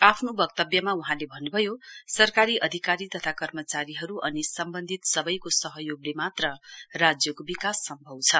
आफ्नो वक्तव्यमा वहाँले भन्नुभयो सरकारी अधिकारी तथा कर्मचारीहरु अनि सम्वन्धित सवैको सहयोगले मात्र राज्यको विकास सम्भव छ